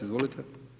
Izvolite.